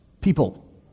people